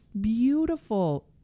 beautiful